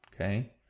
okay